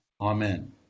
amen